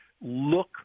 look